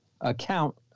account